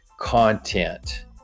content